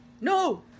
No